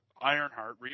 Ironheart